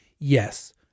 Yes